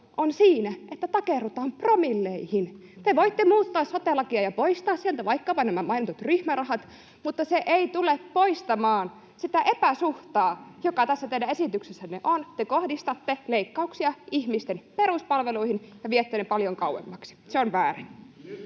on siinä, että takerrutaan promilleihin, te voitte muuttaa sote-lakia ja poistaa sieltä vaikkapa nämä mainitut ryhmärahat, mutta se ei tule poistamaan sitä epäsuhtaa, joka tässä teidän esityksessänne on. Te kohdistatte leikkauksia ihmisten peruspalveluihin ja viette ne paljon kauemmaksi. Se on väärin.